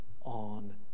on